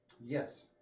Yes